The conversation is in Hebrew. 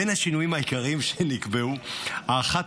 בין השינויים העיקריים שנקבעו: הארכת